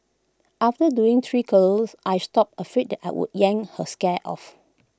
after doing three curlers I stopped afraid that I would yank her scare off